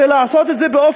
זה לעשות את זה רטרואקטיבית.